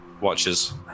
watches